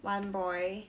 one boy